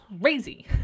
crazy